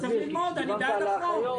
כי כשדיברת על האחיות